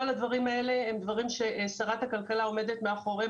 כל הדברים האלה הם דברים ששרת הכלכלה עומדת מאחוריהם